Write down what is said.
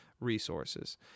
resources